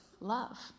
love